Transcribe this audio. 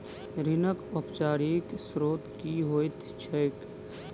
ऋणक औपचारिक स्त्रोत की होइत छैक?